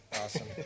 Awesome